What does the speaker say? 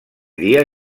dia